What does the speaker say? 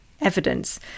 evidence